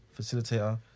facilitator